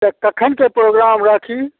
तऽ कखनके प्रोग्राम राखी